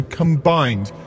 combined